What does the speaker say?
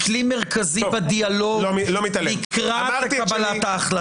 כלי מרכזי בדיאלוג לקראת קבלת ההחלטה.